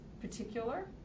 particular